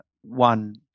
one